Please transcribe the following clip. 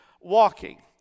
walking